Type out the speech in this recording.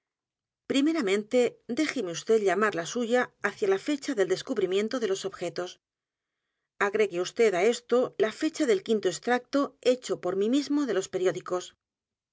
primeramente déjeme vd llamar la suya hacia la fecha del descubrimiento de los objetos a g r e g u e vd á esto la fecha del quinto extracto hecho por mí mismo de los periódicos